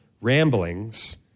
ramblings